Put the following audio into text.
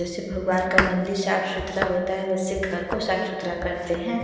जैसे भगवान का मंदिर साफ सुथरा होता है वैसे घर को साफ सुथरा करते हैं